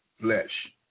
flesh